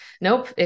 nope